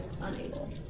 unable